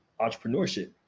entrepreneurship